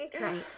right